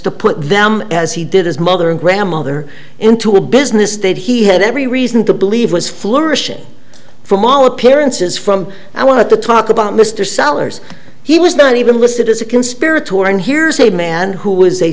to put them as he did his mother and grandmother into a business that he had every reason to believe was flourishing from all appearances from i want to talk about mr salary he was not even listed as a conspirator and here's a man who was a